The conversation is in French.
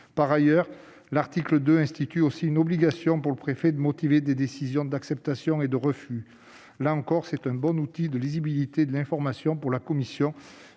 Par ailleurs, l'article 2 institue une obligation pour le préfet de motiver des décisions d'acceptation et de refus. Là encore, c'est un bon outil de lisibilité de l'information pour la commission.